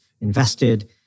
invested